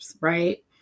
Right